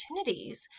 opportunities